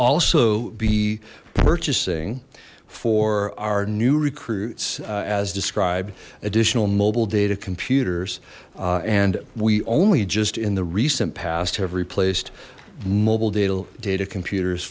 also be purchasing for our new recruits as described additional mobile data computers and we only just in the recent past have replaced mobile data data computers